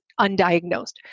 undiagnosed